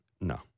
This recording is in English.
No